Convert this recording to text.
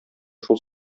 шул